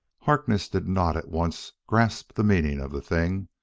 harkness did not at once grasp the meaning of the thing.